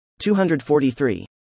243